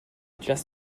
just